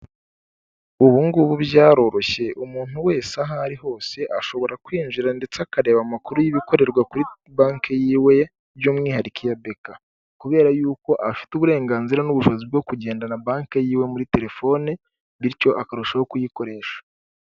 Ubu ngubu byaroroshye umuntu wese aho ari hose ashobora kwinjira ndetse akareba amakuru y'ibikorerwa kuri bake y'iwe by'umwihariko ya beka, kubera y'uko afite uburenganzira n'ubushobozi bwo kugendana bake y'iwe muri terefone bityo akarushaho kuyikoresha.